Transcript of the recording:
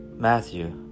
Matthew